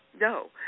no